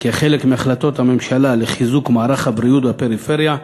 כחלק מהחלטות הממשלה לחיזוק מערך הבריאות בפריפריה,